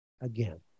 again